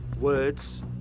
words